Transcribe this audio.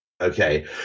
okay